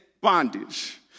bondage